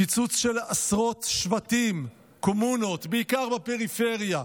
קיצוץ של עשרות שבטים, קומונות, בעיקר בפריפריה,